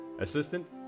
Assistant